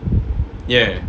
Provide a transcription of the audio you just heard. ya